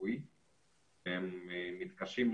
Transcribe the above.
הפיקוד הזוטר,